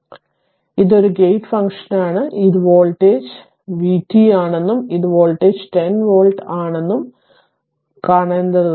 അതിനാൽ ഇത് ഒരു ഗേറ്റ് ഫംഗ്ഷനാണ് അതായത് ഈ വോൾട്ടേജ് ഇത് v ടി ആണെന്നും ഈ വോൾട്ടേജ് 10 വോൾട്ട് വലത്താണെന്നും കാണേണ്ടതുണ്ട്